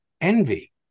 envy